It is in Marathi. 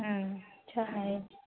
छान आहे